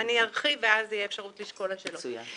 אני ארחיב ואז תהיה אפשרות לכל השאלות.